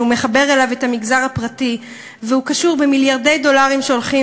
שמחבר אליו את המגזר הפרטי וקשור במיליארדי דולרים שהולכים